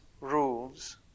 rules